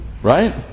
right